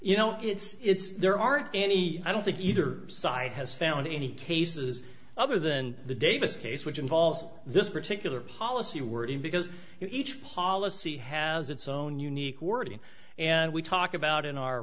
you know it's there aren't any i don't think either side has found any cases other than the davis case which involves this particular policy wordy because each policy has its own unique wording and we talk about in our